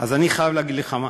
אני חייב להגיד לך משהו: